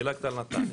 דילגת על נתניה.